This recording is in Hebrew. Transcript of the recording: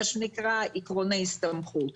מה שנקרא עקרון ההסתמכות,